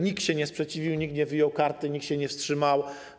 Nikt się nie sprzeciwił, nikt nie wyjął karty, nikt się nie wstrzymał.